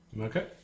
Okay